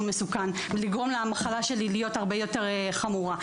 מסוכן ולגרום למחלה שלי להיות הרבה יותר חמורה.